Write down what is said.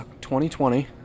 2020